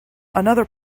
another